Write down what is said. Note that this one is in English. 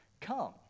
come